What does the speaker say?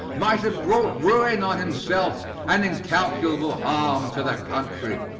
might have brought ruin on himself and incalculable harm to the country.